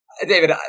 David